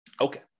Okay